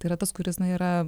tai yra tas kuris na yra